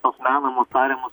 tos menamo tariamos